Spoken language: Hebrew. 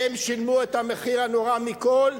הם שילמו את המחיר הנורא מכול,